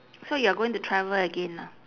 so you are going to travel again ah